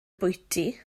bwyty